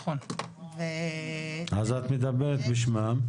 אז את מדברת בשמם?